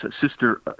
sister